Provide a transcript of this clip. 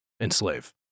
enslave